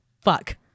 fuck